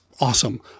awesome